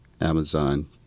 Amazon